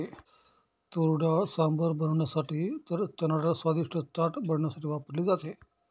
तुरडाळ सांबर बनवण्यासाठी तर चनाडाळ स्वादिष्ट चाट बनवण्यासाठी वापरली जाते